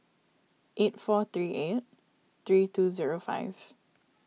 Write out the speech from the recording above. eight four three eight three two zero five